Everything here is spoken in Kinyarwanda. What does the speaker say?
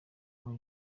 muri